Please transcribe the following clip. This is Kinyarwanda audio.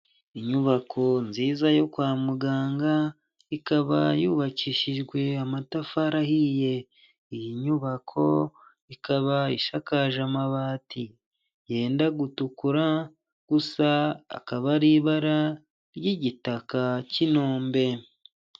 Inyubako nziza yo kwa muganga ikaba yubakishijwe amatafari ahiye iyi nyubako ikaba ishakakaje amabati yenda gutukura gusa, akaba ari ibara ry'igitaka cy'inombe.